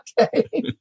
Okay